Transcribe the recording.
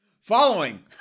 Following